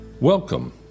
Welcome